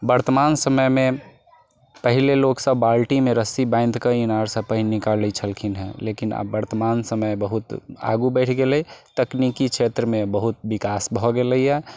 वर्तमान समयमे पहिले लोक सब बाल्टीमे रस्सी बान्धिकऽ इनारसँ पानि निकालैत छलखिन हँ लेकिन आब वर्तमान समय बहुत आगू बढ़ि गेलै तकनीकी क्षेत्रमे बहुत विकास भऽ गेलैया